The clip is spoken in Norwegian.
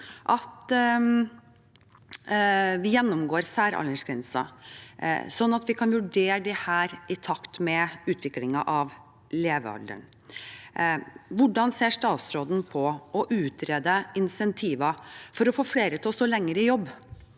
vi gjennomgår særaldersgrenser, sånn at vi kan vurdere disse i takt med utviklingen av levealderen? Hvordan ser statsråden på å utrede insentiver for å få flere til å stå lenger i jobb